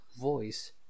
voice